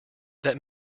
that